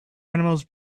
animals